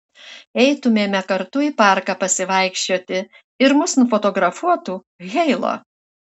eitumėme kartu į parką pasivaikščioti ir mus nufotografuotų heilo